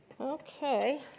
Okay